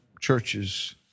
churches